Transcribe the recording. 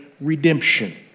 redemption